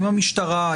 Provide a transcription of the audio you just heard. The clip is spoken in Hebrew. עם המשטרה,